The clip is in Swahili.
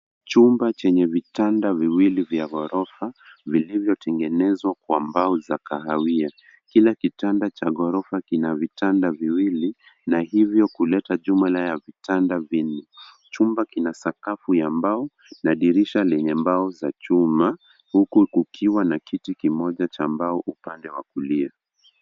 Chumba chenye vitanda viwili vya ghorofa, vilivyo tengenezwa na mbao za kahawia. Kila kitanda cha ghorofa kina vitanda viwili na hivyo kuleta jumla ya vitanda vinne. Chumba kina sakafu ya mbao na dirisha lenye mbao za chuma, huku kukiwa na kiti kimoja cha mbao upande wa kulia.